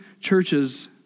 churches